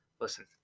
Listen